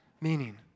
meaning